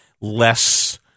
less